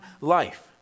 life